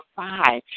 five